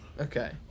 Okay